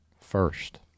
first